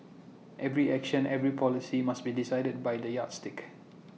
every action every policy must be decided by the yardstick